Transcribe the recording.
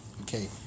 Okay